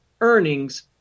earnings